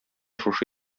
шушы